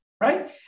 right